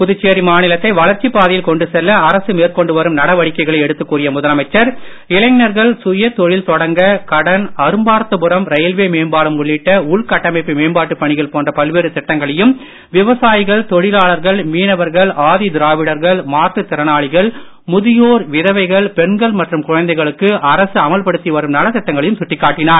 புதுச்சேரி மாநிலத்தை வளர்ச்சிப் பாதையில் கொண்டு செல்ல அரசு மேற்கொண்டு வரும் நடவடிக்கைகளை எடுத்துக் கூறிய முதலமைமச்சர் இளைஞர்கள் சுய தொழில் தொடங்க கடன் அரும்பார்த்தபுரம் ரயில்வே மேம்பாலம் உள்ளிட்ட உள்கட்டமைப்பு மேம்பாட்டு பணிகள் போன்ற பல்வேறு திட்டங்களையும் விவசாயிகள் தொழிலாளர்கள் மீனவர்கள் ஆதி திராவிடர்கள் மாற்றுத் திறனாளிகள் முதியோர் விதவைகள் பெண்கள் மற்றும் குழந்தைகளுக்கு அரசு அமல்படுத்தி வரும் நலத் திட்டங்களையும் சுட்டிக் காட்டினார்